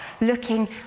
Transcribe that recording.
looking